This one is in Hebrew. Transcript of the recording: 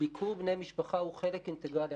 ביקור בני משפחה הוא חלק אינטגרלי.